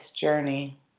journey